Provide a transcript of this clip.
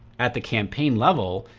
at the campaign level,